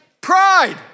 pride